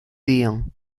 dion